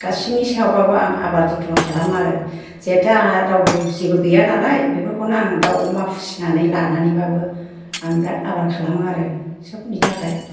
गासिबोनि सायावबाबो आं आबार जथ्न' खालामो आरो जेथो आंहा रावबो जेबो गैया नालाय बेफोरखौनो आङो दाउ अमा फिसिनानै लानानैबाबो आं दा आबार खालामो आरो सबनि थाखाय